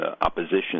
opposition